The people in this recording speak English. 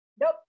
nope